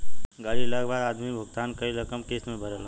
गाड़ी लेला के बाद आदमी भुगतान कईल रकम किस्त में भरेला